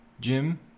Jim